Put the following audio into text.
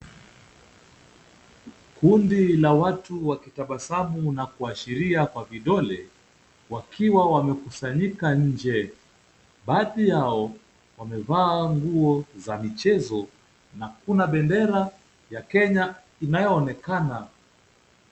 Kundi la watu wakitabasamu na kuashiria kwa vidole wakiwa wamekusanyika nje, baadhi yao wamevaa nguo za michezo na kuna bendera ya Kenya inayoonekana.